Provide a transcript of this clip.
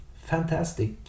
fantastic